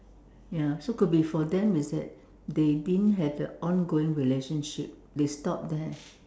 ya so could be for them is that they didn't have the ongoing relationship they stop there